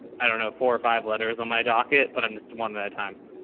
i don't know, four or five letters on my docket, but i'm just one at a time,